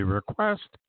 request